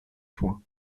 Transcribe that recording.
soins